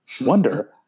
wonder